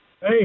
Hey